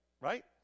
right